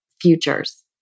futures